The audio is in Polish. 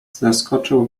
zeskoczył